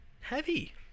heavy